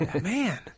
Man